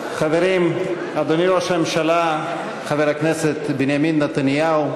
אדוני ראש הממשלה חבר הכנסת בנימין נתניהו,